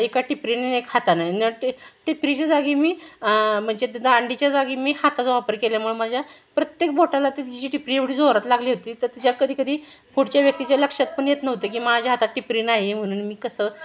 एका टिपरीने आणि एक हाताने न टि टिपरीच्या जागी मी म्हणजे त्या दांडीच्या जागी मी हाताचा वापर केल्यामुळे माझ्या प्रत्येक बोटाला ती तिची टिपरी एवढी जोरात लागली होती तर तिच्या कधी कधी पुढच्या व्यक्तीच्या लक्षात पण येत नव्हतं की माझ्या हातात टिपरी नाही आहे म्हणून मी कसं